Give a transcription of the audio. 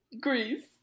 Greece